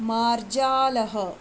मार्जालः